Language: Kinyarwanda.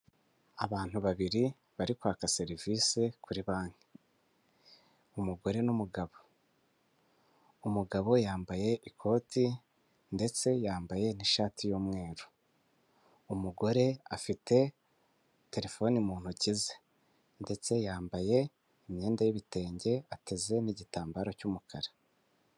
Abantu babiri bari kwaka serivisi kuri banki umugore n'umugabo umugabo yambaye ikoti ndetse yambaye n'ishati y'umweru umugore afite telefoni mu ntoki ze ndetse yambaye imyenda y'ibitenge ateze n'igitambaro cy'umukara.